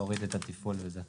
להוריד את 'תפעול' וזהו.